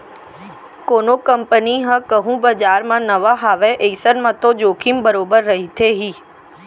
कोनो कंपनी ह कहूँ बजार म नवा हावय अइसन म तो जोखिम बरोबर रहिथे ही